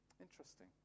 Interesting